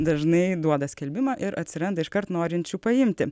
dažnai duoda skelbimą ir atsiranda iškart norinčių paimti